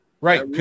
Right